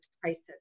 crisis